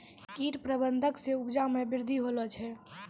कीट प्रबंधक से उपजा मे वृद्धि होलो छै